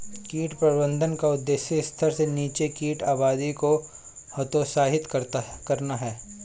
कीट प्रबंधन का उद्देश्य स्तर से नीचे कीट आबादी को हतोत्साहित करना है